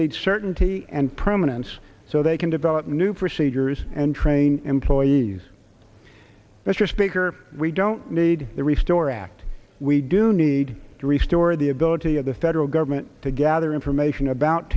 need certainty and permanence so they can develop new procedures and train employees mr speaker we don't need the restore act we do need to restore the ability of the federal government to gather information about